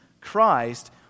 Christ